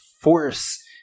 force